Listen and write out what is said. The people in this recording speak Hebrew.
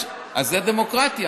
זה הדמוקרטיה.